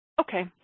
Okay